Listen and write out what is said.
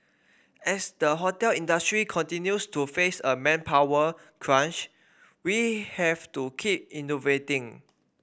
as the hotel industry continues to face a manpower crunch we have to keep innovating